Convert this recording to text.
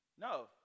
No